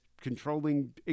controlling